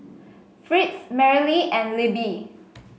Fritz Merrily and Libby